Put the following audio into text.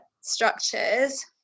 structures